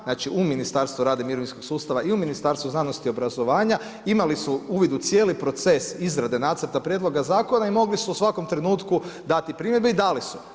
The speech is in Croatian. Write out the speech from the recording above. Znači, u Ministarstvu rada i mirovinskog sustava i u Ministarstvu znanosti i obrazovanja imali su uvid u cijeli proces izrade nacrta prijedloga zakona i mogli su u svakom trenutku dati primjedbe i dali su.